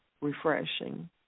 refreshing